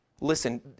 Listen